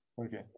Okay